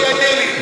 היושב-ראש יעיר לי.